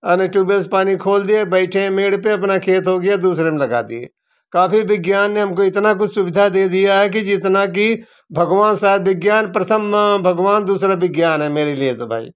आने टूबेल से पानी खोल दिए बैठे हैं मेड़ पर अपना खेत हो गया दूसरे में लगा दिए काफ़ी विज्ञान ने हमको इतना कुछ सुविधा दे दिया है कि जितना की भगवान साहब विज्ञान प्रथम भगवान दूसरा विज्ञान है मेरे लिए तो भाई